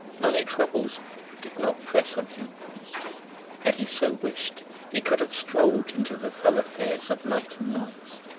money troubles did not press on him had he so wished he could have strolled into the thoroughfares of light and noise,